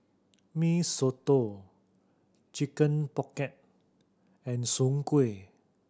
Mee Soto Chicken Pocket and soon kway